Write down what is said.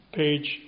page